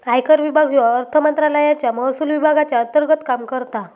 आयकर विभाग ह्यो अर्थमंत्रालयाच्या महसुल विभागाच्या अंतर्गत काम करता